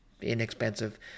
inexpensive